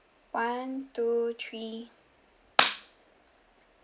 one two three